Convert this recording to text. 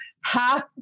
half